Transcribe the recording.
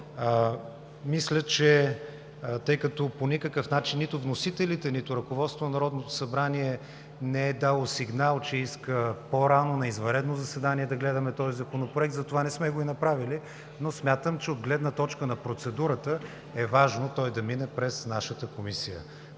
Мисля, че – тъй като по никакъв начин нито вносителите, нито ръководството на Народното събрание не е дало сигнал, че иска по-рано, на извънредно заседание, да гледаме този Законопроект, затова не сме го направили, но смятам, че от гледна точка на процедурата е важно той да мине през нашата Комисия.